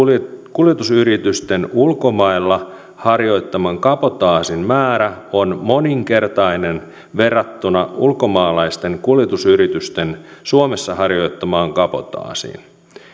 kuljetusyritysten ulkomailla harjoittaman kabotaasin määrä on moninkertainen verrattuna ulkomaalaisten kuljetusyritysten suomessa harjoittamaan kabotaasiin